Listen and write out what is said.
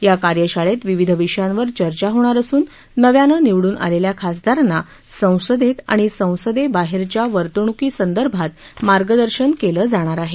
या कार्यशाळेत विविध विषयांवर चर्चा होणार असून नव्यानं निवडून आलेल्या खासदारांना संसदेत आणि संसदेबाहेरच्या वर्तणुकीसंदर्भात मार्गदर्शन केलं जाणार आहे